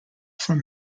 from